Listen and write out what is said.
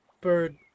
bird